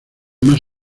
más